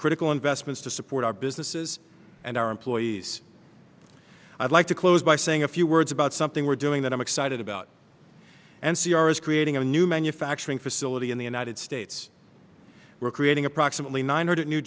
critical investments to support our businesses and our employees i'd like to close by saying a few words about something we're doing that i'm excited about and c r is creating a new manufacturing facility in the united states we're creating approximately nine hundred new